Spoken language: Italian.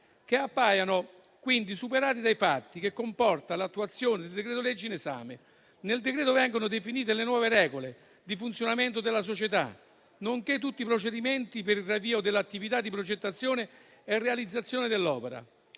che appaiono quindi superati dai fatti e ciò comporta l'attuazione del decreto-legge in esame. Nel decreto vengono definite le nuove regole di funzionamento della società, nonché tutti i procedimenti per il riavvio dell'attività di progettazione e realizzazione dell'opera.